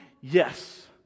Yes